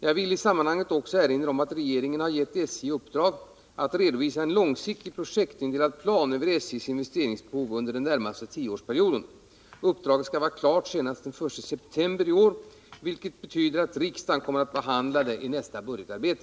Jag vill i detta sammanhang också erinra om att regeringen har gett SJ i uppdrag att redovisa en långsiktig projektindelad plan över SJ:s investeringsbehov under den närmaste 10-årsperioden. Uppdraget skall vara klart senast den 1 september, vilket innebär att riksdagen kommer att behandla det i nästa budgetarbete.